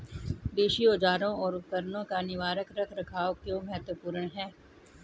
कृषि औजारों और उपकरणों का निवारक रख रखाव क्यों महत्वपूर्ण है?